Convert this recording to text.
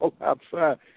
outside